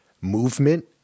movement